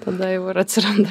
tada jau ir atsiranda